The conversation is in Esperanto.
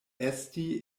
esti